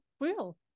real